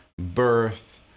birth